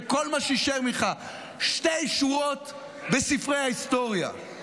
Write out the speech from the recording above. זה כל מה שיישאר ממך: שתי שורות בספרי ההיסטוריה.